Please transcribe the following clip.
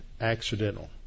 accidental